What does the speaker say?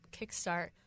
kickstart